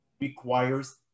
requires